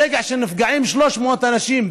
ברגע שנפגעים 300 אנשים,